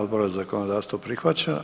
Odbora za zakonodavstvo prihvaćen.